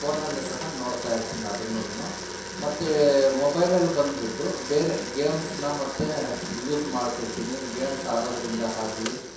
ಫೋನಲ್ಲೇ ಸಹ ನೋಡ್ತಾ ಇರ್ತೀನಿ ಅದನ್ನೂನು ಮತ್ತು ಮೊಬೈಲಲ್ಲಿ ಬಂದುಬಿಟ್ಟು ಬೇರೆ ಗೇಮ್ಸನ್ನ ಮತ್ತು ಯೂಸ್ ಮಾಡ್ತಿರ್ತೀನಿ ಗೇಮ್ಸ್ ಆಡೋದ್ರಿಂದ ಆಗ್ಲಿ